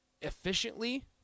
efficiently